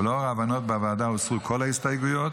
ולאור ההבנות בוועדה הוסרו כל ההסתייגויות.